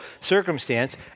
circumstance